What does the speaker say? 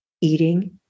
eating